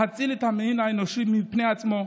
להציל את המין האנושי מפני עצמו.